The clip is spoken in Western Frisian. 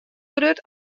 grut